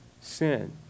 sin